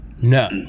no